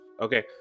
Okay